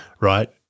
right